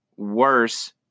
worse